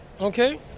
Okay